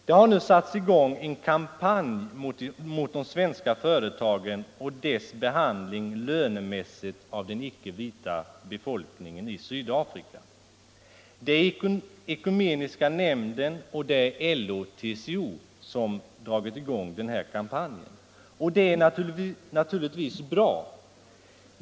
Det har nu satts i gång en kampanj mot de svenska företagen och deras behandling lönemässigt av den icke vita befolkningen i Sydafrika. Det är Ekumeniska nämnden, LO och TCO som dragit i gång den här kampanjen. Det är naturligtvis bra.